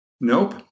Nope